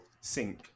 Sync